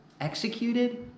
executed